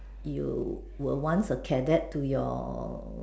you were once a cadet to your